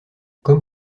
comme